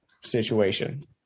situation